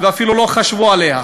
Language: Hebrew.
ואפילו לא חשבו עליה.